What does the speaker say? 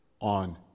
on